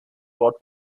dort